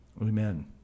Amen